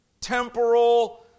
temporal